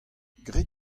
grit